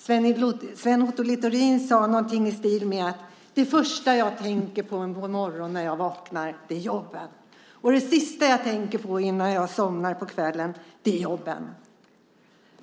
Sven Otto Littorin sade något i stil med: Det första jag tänker på när jag vaknar på morgonen är jobben, och det sista jag tänker på innan jag somnar på kvällen är jobben.